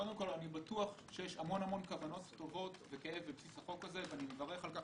קודם כל אני בטוח שיש הרבה כוונות טובות בחוק הזה ואני מברך על כך